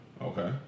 Okay